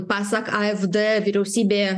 pasak afd vyriausybė